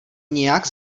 nějak